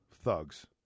thugs